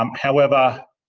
um however,